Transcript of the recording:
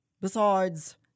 Besides